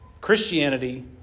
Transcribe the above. Christianity